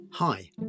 Hi